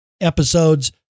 episodes